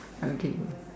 okay